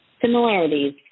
similarities